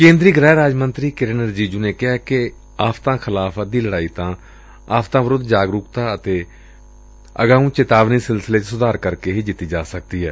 ਕੇਂਦਰੀ ਗ੍ਹਿ ਰਾਜ ਮੰਤਰੀ ਕਿਰੇਨ ਰਿਜੀਜੁ ਨੇ ਕਿਹੈ ਕਿ ਆਫਤਾਂ ਖਿਲਾਫ਼ ਅੱਧੀ ਲੜਾਈ ਤਾਂ ਆਫਤਾਂ ਖਿਲਾਫ਼ ਜਾਗਰੂਕਤਾ ਅਤੇ ਚੇਤਾਵਨੀ ਸਿਲਸਿਲੇ ਚ ਸੁਧਾਰ ਕਰਕੇ ਜਿੱਤੀ ਜਾ ਸਕਦੀ ਏ